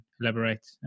elaborate